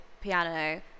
piano